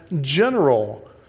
general